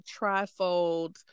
trifold